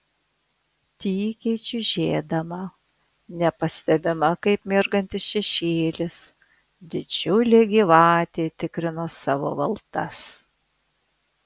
tykiai čiužėdama nepastebima kaip mirgantis šešėlis didžiulė gyvatė tikrino savo valdas